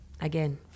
again